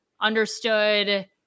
understood